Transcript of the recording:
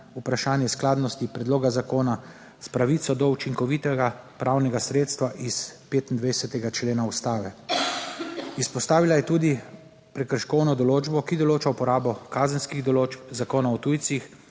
vprašanje skladnosti predloga zakona s pravico do učinkovitega pravnega sredstva iz 25. člena Ustave. Izpostavila je tudi prekrškovno določbo, ki določa uporabo kazenskih določb Zakona o tujcih